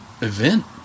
event